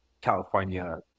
california